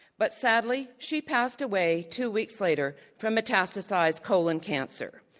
but sadly, she passed away two weeks later from metastasized colon cancer.